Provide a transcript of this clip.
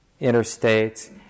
interstates